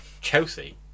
Chelsea